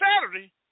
Saturday